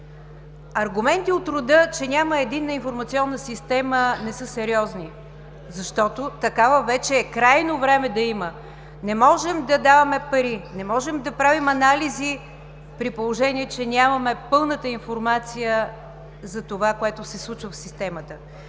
Аргументи от рода, че няма единна информационна система, не са сериозни, защото такава вече е крайно време да има. Не можем да даваме пари, не можем да правим анализи, при положение че нямаме пълната информация за това, което се случва в системата.